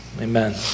amen